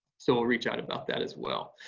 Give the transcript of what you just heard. so we'll reach out about that as well.